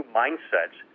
mindsets